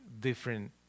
different